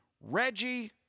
Reggie